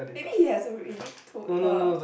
maybe he has already told her